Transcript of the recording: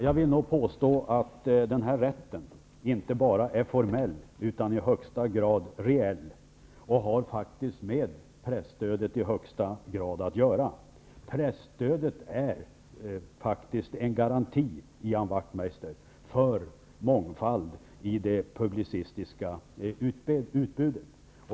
Jag vill nog påstå att den här rätten inte bara är formell utan i högsta grad reell, och den har faktiskt i högsta grad med presstödet att göra. Presstödet är, Ian Wachtmeister, en garanti för mångfald i det publicistiska utbudet.